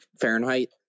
Fahrenheit